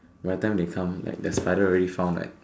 by the time they come like the spider already found like